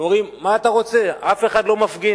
אומרים: מה אתה רוצה, אף אחד לא מפגין,